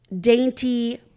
dainty